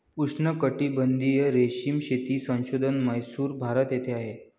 उष्णकटिबंधीय रेशीम शेती संशोधन म्हैसूर, भारत येथे आहे